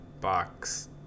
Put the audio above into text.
box